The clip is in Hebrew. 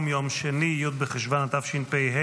התשפ"ה